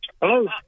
Hello